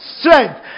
Strength